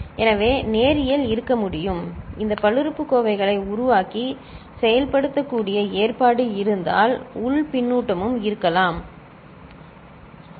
எனவே நேரியல் இருக்க முடியும் இந்த பல்லுறுப்புக்கோவைகளை உருவாக்கி செயல்படுத்தக்கூடிய ஏற்பாடு இருந்தால் உள் பின்னூட்டமும் இருக்கலாம் சரி